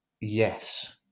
yes